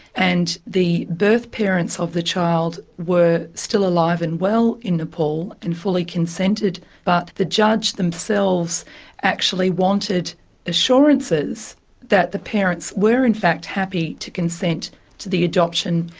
and the birth parents of the child were still alive and well in nepal and fully consented, but the judge themselves actually wanted assurances that the parents where in fact happy to consent to the adoption.